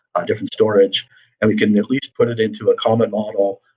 ah different storage and we can at least put it into a common model,